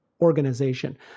organization